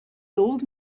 old